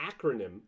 acronym